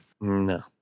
No